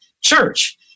church